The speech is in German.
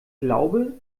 glaube